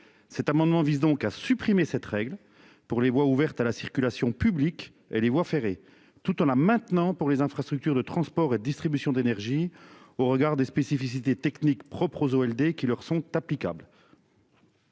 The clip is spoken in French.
Cet amendement vise donc à supprimer cette règle pour les voies ouvertes à la circulation publique et les voies ferrées tout en la maintenant pour les infrastructures de transport et distribution d'énergie au regard des spécificités techniques propres au Elder qui leur sont applicables.